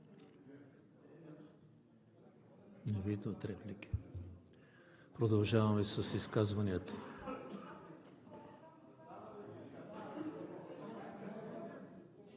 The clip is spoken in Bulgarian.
Продължаваме с изказванията.